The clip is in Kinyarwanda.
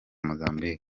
mozambique